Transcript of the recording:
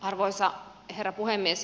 arvoisa herra puhemies